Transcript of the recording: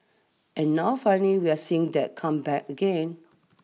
and now finally we're seeing that come back again